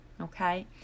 Okay